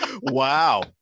Wow